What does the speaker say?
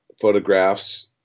photographs